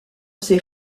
ces